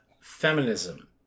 feminism